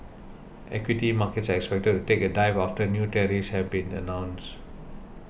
equity markets are expected to take a dive after new tariffs have been announced